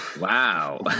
Wow